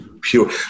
pure